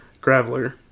Graveler